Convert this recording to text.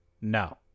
no